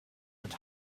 had